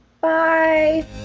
Bye